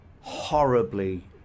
horribly